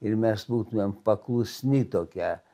ir mes būtumėm paklusni tokia